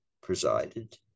presided